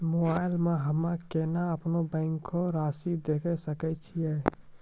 Mobile मे हम्मय केना अपनो बैंक रासि देखय सकय छियै?